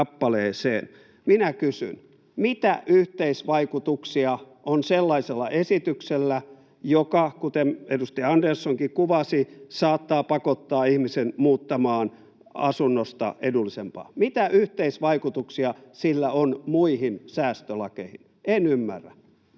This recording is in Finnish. Minä kysyn: mitä yhteisvaikutuksia on sellaisella esityksellä, joka saattaa pakottaa, kuten edustaja Anderssonkin kuvasi, ihmisen muuttamaan asunnosta edullisempaan — mitä yhteisvaikutuksia sillä on muihin säästölakeihin? En ymmärrä.